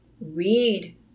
read